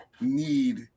need